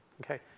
Okay